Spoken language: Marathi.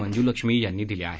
मंजुलक्ष्मी यांनी दिले आहेत